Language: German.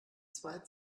zwei